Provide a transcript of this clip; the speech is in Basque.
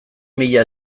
mila